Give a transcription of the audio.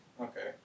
Okay